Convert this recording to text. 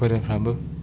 बोरायफ्राबो